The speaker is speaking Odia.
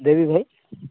ଦେବି ଭାଇ